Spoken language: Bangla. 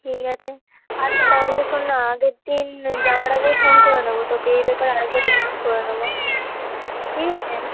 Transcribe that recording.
ঠিক আছে আচ্ছা তাহলে শোন না আগের দিন যাওয়ার আগেও ফোন করে নেবো তোকে এই ব্যাপারে আর একবার ডিসকাস করে নোবো ঠিক আছে